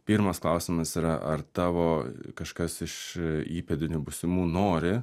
pirmas klausimas yra ar tavo kažkas iš įpėdinių būsimų nori